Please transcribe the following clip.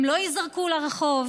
הם לא ייזרקו לרחוב,